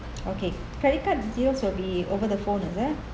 okay credit card deals will be over the phone is it